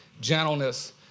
gentleness